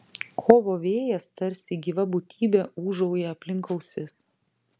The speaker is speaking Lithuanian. kovo vėjas tarsi gyva būtybė ūžauja aplink ausis